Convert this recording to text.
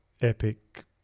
epic